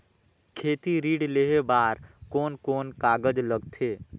खेती ऋण लेहे बार कोन कोन कागज लगथे?